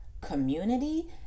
community